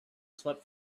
slept